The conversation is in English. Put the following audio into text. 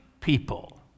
people